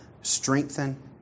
strengthen